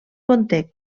conté